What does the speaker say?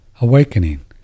awakening